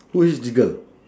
who is this girl